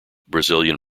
brazilian